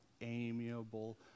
amiable